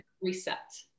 reset